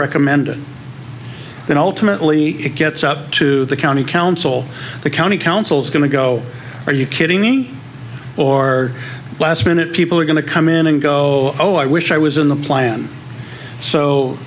recommended that ultimately it gets up to the county council the county council is going to go are you kidding me or last minute people are going to come in and go oh i wish i was in the plan so